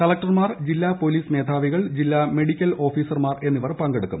കളക്ടർമാർ ജില്ലാ പൊലീസ് മേധാവികൾ ജില്ലാ മെഡിക്കൽ ഓഫീസർമാർ എന്നിവർ പങ്കെടുക്കും